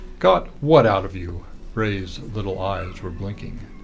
got what out of you? bray's little eyes were blinking.